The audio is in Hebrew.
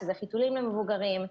שזה חיתולים למבוגרים,